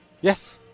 Yes